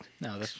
No